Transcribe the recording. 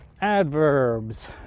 adverbs